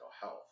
health